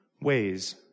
ways